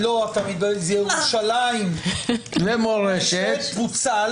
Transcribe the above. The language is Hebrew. לא, אתה מתבלבל, ירושלים ומורשת פוצל